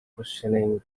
questioning